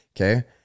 okay